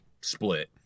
split